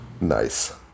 Nice